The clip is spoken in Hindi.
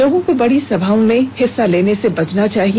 लोगों को बड़ी समाओं में हिस्सा र्लेने से बचना चाहिए